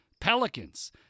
Pelicans